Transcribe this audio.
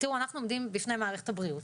אנחנו עומדים בפני מערכת הבריאות.